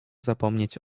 zapomnieć